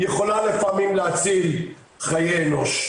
יכולה לפעמים להציל חיי אנוש.